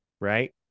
right